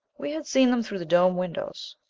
we had seen them through the dome windows.